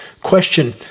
Question